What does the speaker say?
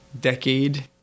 decade